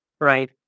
right